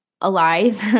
alive